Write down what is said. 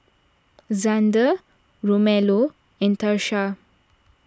Zander Romello and Tarsha